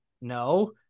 no